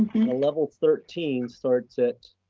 a level thirteen starts at